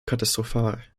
katastrophal